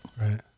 Right